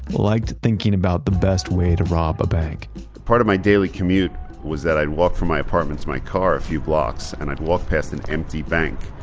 liked thinking about the best way to rob a bank part of my daily commute was that i walk from my apartment to my car a few blocks and i've walked past an empty bank.